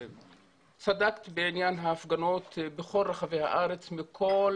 צדקת בעניין ההפגנות בכל רחבי הארץ מכל